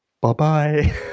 Bye-bye